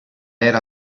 era